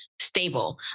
stable